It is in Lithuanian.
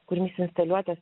kūrinys instaliuotas